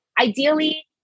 ideally